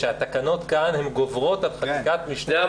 שהתקנות כאן גוברות על חקיקת משנה.